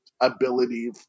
ability